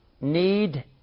Need